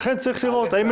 לכן צריך לראות האם